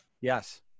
Yes